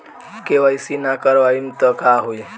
KYC ना करवाएम तब का होई?